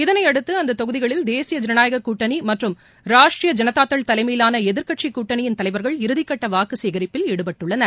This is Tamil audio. இதனையடுத்து அந்த தொகுதிகளில் தேசிய இஜனநாயகக் கூட்டணி மற்றும் ராஷ்டிரிய இஜனதா தள் தலைமயிலான எதிர்க்கட்சி கூட்டணியின் தலைவர்கள் இறதிக்கட்ட வாக்கு சேகரிப்பில் ஈடுபட்டுள்ளனர்